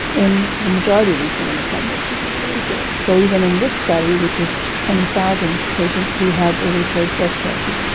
in the majority of these women the prognosis is really good, so even in this study, which was twenty thousand patients who had early stage breast cancer.